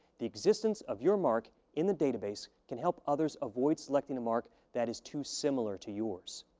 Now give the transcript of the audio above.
the existence of your mark in the database can help others avoid selecting a mark that is too similar to yours.